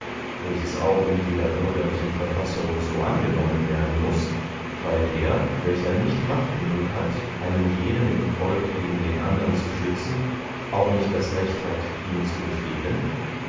welches auch in jeder bürgerlichen verfassung so angenommen werden muß weil der welcher nicht macht genug hat einen jeden im volk gegen den andern zu schützen auch nicht das recht hat ihm zu befehlen